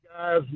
Guys